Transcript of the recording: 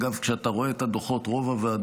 אגב, כשאתה רואה את הדוחות, רוב הוועדות